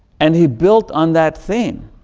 and he built on that thing.